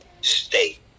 state